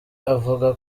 avuga